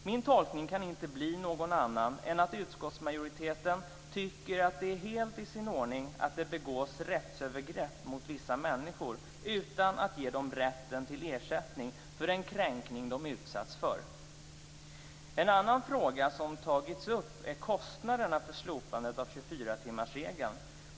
Min tolkning kan inte bli någon annan än att utskottsmajoriteten tycker att det är helt i sin ordning att det begås rättsövergrepp mot vissa människor utan att de får rätten till ersättning för den kränkning de utsatts för. En annan fråga som har tagits upp är kostnaderna för slopandet av 24-timmarsregeln.